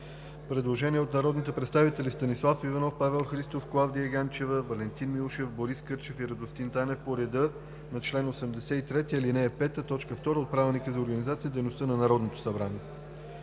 Предложение от народните представители Станислав Иванов, Павел Христов, Клавдия Ганчева, Валентин Милушев, Борис Кърчев и Радостин Танев по реда на чл. 83, ал. 5, т. 2 от Правилника за организацията и дейността на Народното събрание.